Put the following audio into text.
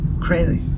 crazy